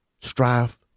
strive